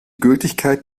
gültigkeit